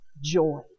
joy